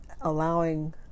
allowing